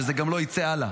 שזה גם לא יצא הלאה.